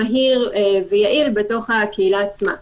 מהיר ויעיל בתוך הקהילה עצמה.